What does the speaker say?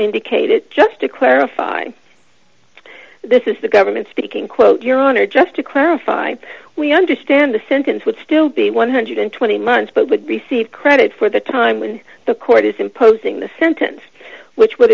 indicated just to clarify this is the government speaking quote your honor just to clarify we understand the sentence would still be one hundred and twenty months but would receive credit for the time when the court is imposing the sentence which would